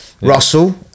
Russell